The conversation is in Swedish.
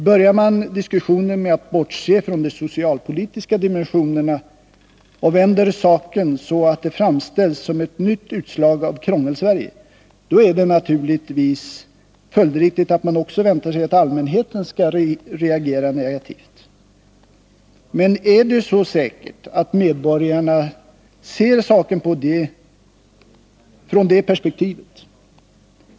Börjar man diskussionen med att bortse från de socialpolitiska dimensionerna och vänder saken så att det framställs som ett nytt utslag av Krångelsverige, då är det naturligtvis följdriktigt att man också väntar sig att allmänheten skall reagera negativt. Men är det så säkert att medborgarna ser saken i det perspektivet?